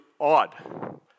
odd